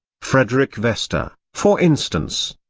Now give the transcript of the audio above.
frederick vester, for instance,